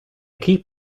keep